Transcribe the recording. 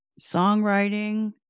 Songwriting